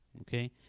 okay